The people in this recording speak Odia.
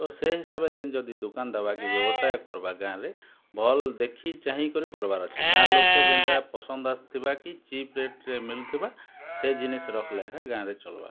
ତ ସେ ହିସାବ୍ରେ ଜେନ୍ ଯଦି ଦୁକାନ୍ ଦେବା କି ବ୍ୟବସାୟ କର୍ବା ଗାଁ'ରେ ଭଲ୍ ଦେଖି ଚାହିଁ କରି କର୍ବାର୍ ଅଛେ ଗାଁ ଲୁକେ ଯେନ୍ତା ପସନ୍ଦ୍ ଆସିଥିବା କି ଚିପ୍ ରେଟ୍ରେ ମିଲୁଥିବା ସେ ଜିନିଷ୍ ରଖ୍ଲେ ହେ ଗାଁ'ରେ ଚଲ୍ବା